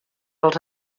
als